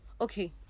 Okay